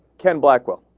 ken blackwell